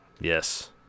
Yes